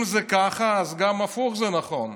אם זה ככה, אז גם הפוך זה נכון.